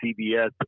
CBS